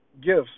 gifts